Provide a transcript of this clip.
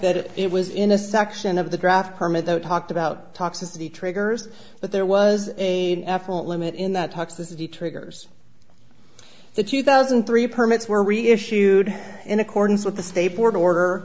that it was in a section of the graph permit though talked about toxicity triggers but there was a definite limit in that toxicity triggers the two thousand and three permits were reissued in accordance with the state board or